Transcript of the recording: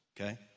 okay